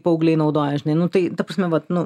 paaugliai naudoja žinai nu tai ta prasme vat nu